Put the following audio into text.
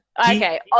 Okay